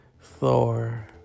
Thor